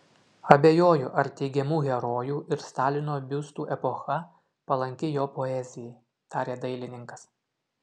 abejoju ar teigiamų herojų ir stalino biustų epocha palanki jo poezijai tarė dailininkas